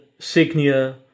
Signia